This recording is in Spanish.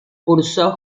cursó